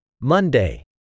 Monday